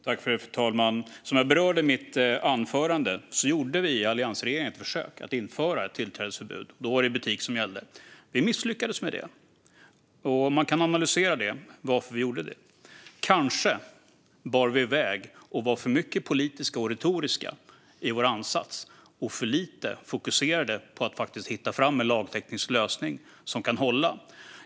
Fru talman! Som jag berörde i mitt anförande gjorde alliansregeringen ett försök att införa ett tillträdesförbud för butik, men vi misslyckades. Man kan analysera varför. Kanske var vi alltför politiska och retoriska i vår ansats och för lite fokuserade på att faktiskt hitta en hållbar lagteknisk lösning.